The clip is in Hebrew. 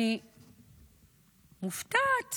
אני מופתעת